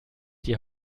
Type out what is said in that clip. die